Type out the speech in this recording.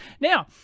Now